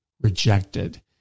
rejected